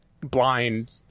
blind